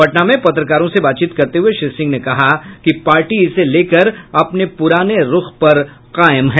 पटना में पत्रकारों से बातचीत करते हुये श्री सिंह ने कहा कि पार्टी इसे लेकर अपने पुराने रूख पर कायम है